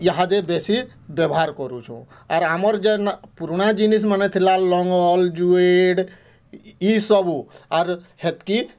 ଇହାଦେ ବେଶୀ ବ୍ୟବହାର କରୁଛୁ ଆର୍ ଆମର୍ ଯେନ ପୁରୁଣା ଜିନିଷ୍ମାନେ ଥିଲା ଲଙ୍ଗଲ୍ ଯୁଏଡ଼ ଇ ସବୁ ଆର୍ ହେତକି